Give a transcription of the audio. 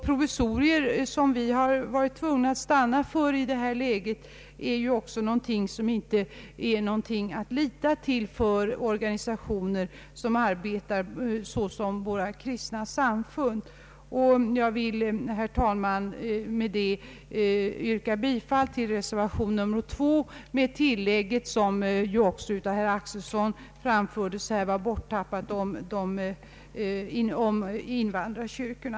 Provisorier som vi har varit tvungna att stanna för i detta läge är inte heller någonting att lita till för organisationer som arbetar så som våra kristna samfund gör. Herr talman! Jag vill med det anförda yrka bifall till reservation 2 med det tillägg som tappats bort — vilket också framfördes av herr Axelson — och som rörde invandrarkyrkorna.